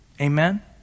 Amen